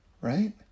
right